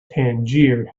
tangier